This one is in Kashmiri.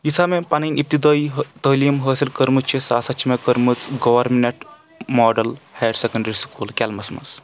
یُس ہا مےٚ پنٕنۍ اپتِدٲیہِ تعلیٖم حٲصِل کٔرمٕژ چھِ سۄ ہسا چھِ مےٚ کٔرمٕژ government model higher secondary school کیلمس منٛز